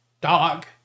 Dog